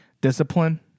discipline